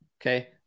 Okay